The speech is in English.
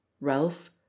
ralph